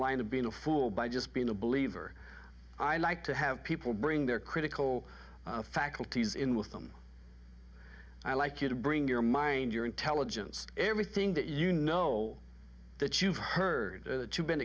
line of being a fool by just being a believer i like to have people bring their critical faculties in with them i like you to bring your mind your intelligence everything that you know that you've heard you've been